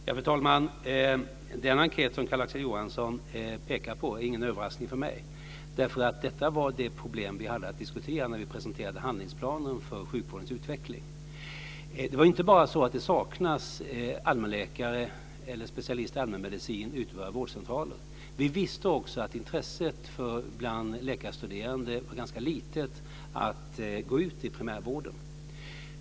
Fru talman! Den enkät som Carl-Axel Johansson pekar på är ingen överraskning för mig. Detta var det problem vi hade att diskutera när vi presenterade handlingsplanen för sjukvårdens utveckling. Det var inte bara så att det saknades allmänläkare eller specialister i allmänmedicin ute på våra vårdcentraler, utan vi visste också att intresset bland läkarstuderande för att gå ut i primärvården var ganska litet.